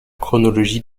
chronologie